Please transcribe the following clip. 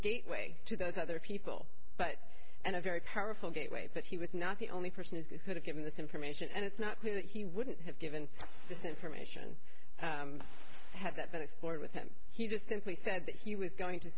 gateway to those other people but and a very powerful gateway but he was not the only person who could have given this information and it's not clear that he wouldn't have given this information had that been explored with him he just simply said that he was going to